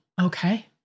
okay